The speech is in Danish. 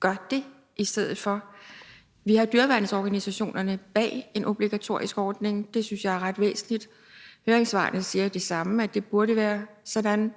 gør det i stedet for. Vi har dyreværnsorganisationerne bag en obligatorisk ordning, og det synes jeg er ret væsentligt, og høringssvarene siger det samme, nemlig at det burde være sådan.